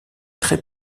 très